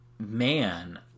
Man